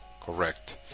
correct